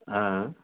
आयंँ